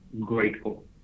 Grateful